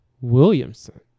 Williamson